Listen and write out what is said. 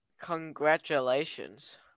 Congratulations